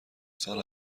سال